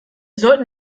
sollten